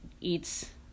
eats